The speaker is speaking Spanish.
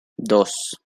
dos